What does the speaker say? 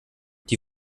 die